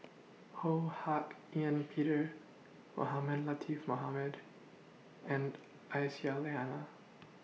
Ho Hak Ean Peter Mohamed Latiff Mohamed and Aisyah Lyana